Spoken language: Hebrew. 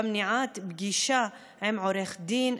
במניעת פגישה עם עורך דין,